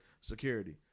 security